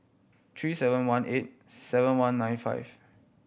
three seven one eight seven one nine five